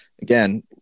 again